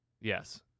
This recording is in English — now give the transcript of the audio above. Yes